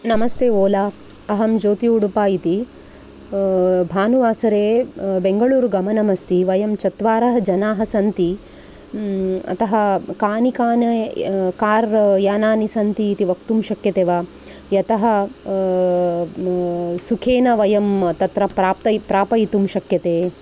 नमस्ते ओला अहं ज्योति उडुपा इति भानुवासरे बेङ्गलूरुगमनमस्ति वयं चत्वारः जनाः सन्ति अतः कानि कान् कार् यानानि सन्ति इति वक्तुं शक्यते वा यतः सुखेन वयं तत्र प्राप्त प्रापयितुं शक्यते